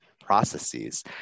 processes